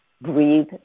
breathe